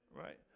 Right